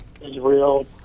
Israel